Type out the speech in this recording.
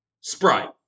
Sprite